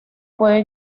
puede